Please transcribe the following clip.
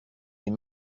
les